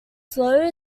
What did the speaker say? slow